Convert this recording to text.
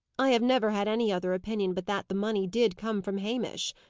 i have never had any other opinion but that the money did come from hamish,